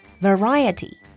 variety